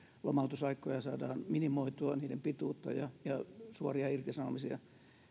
lomautusaikoja saadaan minimoitua niiden pituutta ja ja suoria irtisanomisia